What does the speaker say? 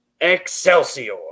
Excelsior